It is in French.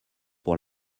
pour